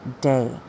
day